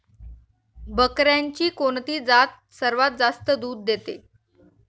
बकऱ्यांची कोणती जात सर्वात जास्त दूध देते?